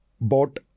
bought